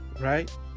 right